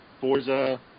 Forza